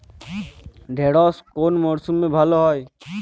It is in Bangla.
ঢেঁড়শ কোন মরশুমে ভালো হয়?